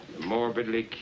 morbidly